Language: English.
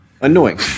Annoying